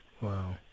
Wow